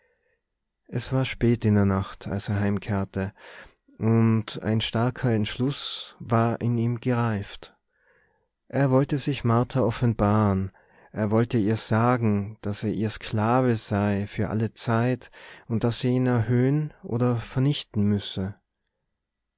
es war spät in der nacht als er heimkehrte und ein starker entschluß war in ihm gereift er wollte sich martha offenbaren er wollte ihr sagen daß er ihr sklave sei für alle zeit und daß sie ihn erhöhen oder vernichten müsse